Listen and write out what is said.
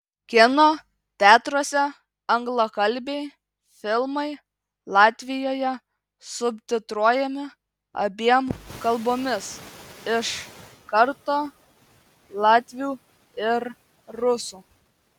kino teatruose anglakalbiai filmai latvijoje subtitruojami abiem kalbomis iš karto latvių ir rusų